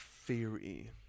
Theory